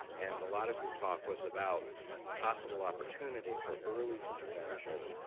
and a lot of your talk was about possible opportunities for early intervention,